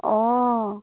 অঁ